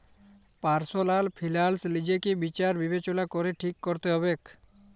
personal ফিলালস লিজেকে বিচার বিবেচলা ক্যরে ঠিক ক্যরতে হবেক